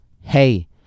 hey